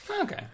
Okay